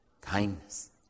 kindness